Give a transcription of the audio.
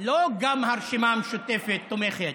לא גם הרשימה המשותפת תומכת,